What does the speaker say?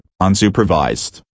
unsupervised